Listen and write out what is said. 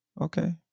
okay